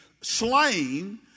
slain